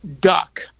duck